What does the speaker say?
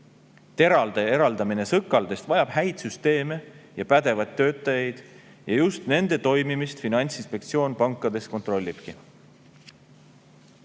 Terade eraldamine sõkaldest vajab häid süsteeme ja pädevaid töötajaid ja just nende toimimist Finantsinspektsioon pankades kontrollibki.